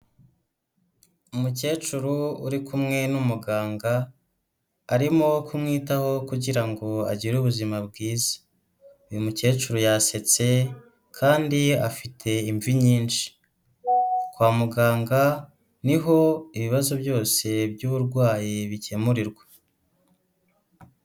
Umukecuru uri kumwe n'umuganga, arimo kumwitaho kugira ngo agire ubuzima bwiza, uyu mukecuru yasetse kandi afite imvi nyinshi, kwa muganga niho ibibazo byose by'uburwayi bikemurirwa.